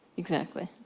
exactly.